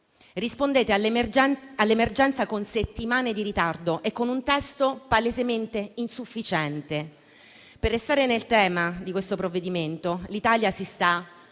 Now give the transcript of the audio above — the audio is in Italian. Rispondete all'emergenza con settimane di ritardo e con un testo palesemente insufficiente. Per restare nel tema del provvedimento in esame, l'Italia si sta